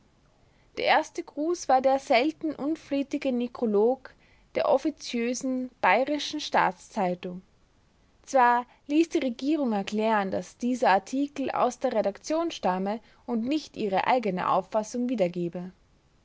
der erste gruß war der selten unflätige nekrolog der offiziösen bayerischen staatszeitung zwar ließ die regierung erklären daß dieser artikel aus der redaktion stamme und nicht ihre eigene auffassung wiedergebe